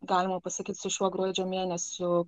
galima pasakyt su šiuo gruodžio mėnesiu